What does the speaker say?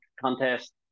contest